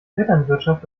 vetternwirtschaft